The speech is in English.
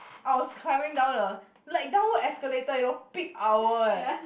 I was climbing down the like downward escalator you know peak hour eh